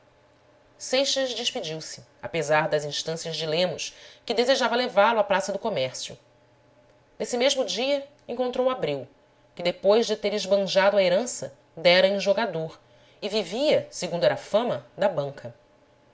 seixas despediu-se apesar das instâncias de lemos que desejava levá-lo à praça do comércio nesse mesmo dia encontrou abreu que depois de ter esbanjado a herança dera em jogador e vivia segundo era fama da banca